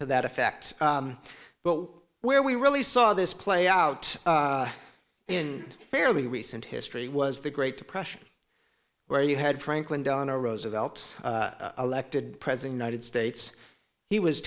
to that effect but where we really saw this play out in fairly recent history was the great depression where you had franklin delano roosevelt elected president ited states he was